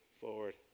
forward